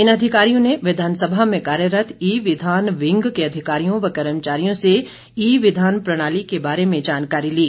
इन अधिकारियों ने विधानसभा में कार्यरत ई विधान विंग के अधिकारियों व कर्मचारियों से ई विधान प्रणाली के बारे में जानकारी ली